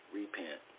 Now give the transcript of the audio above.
repent